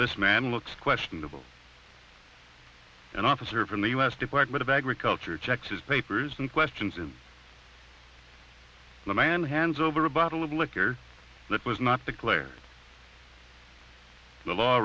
this man looks questionable an officer from the u s department of agriculture checks his papers and questions him the man hands over a bottle of liquor that was not declare the law